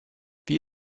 wie